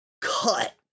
cut